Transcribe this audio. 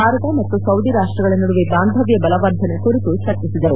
ಭಾರತ ಮತ್ತು ಸೌದಿ ರಾಷ್ಟ್ಗಳ ನಡುವೆ ಬಾಂಧವ್ಯ ಬಲವರ್ಧನೆ ಕುರಿತು ಚರ್ಚಿಸಿದರು